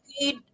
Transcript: need